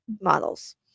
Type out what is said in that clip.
models